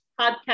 podcast